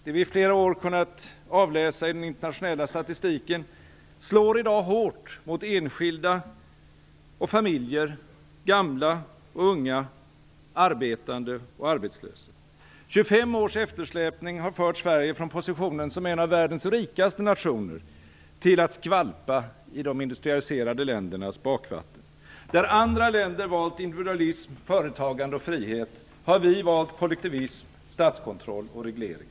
Det vi i flera år har kunnat avläsa i den internationella statistiken slår i dag hårt mot enskilda och familjer, gamla och unga, arbetande och arbetslösa. 25 års eftersläpning har fört Sverige från positionen som en av världens rikaste nationer till att skvalpa i de industrialiserade ländernas bakvatten. Där andra länder valt individualism, företagande och frihet har vi valt kollektivism, statskontroll och reglering.